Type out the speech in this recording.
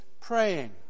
praying